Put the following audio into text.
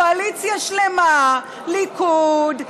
קואליציה שלמה: ליכוד,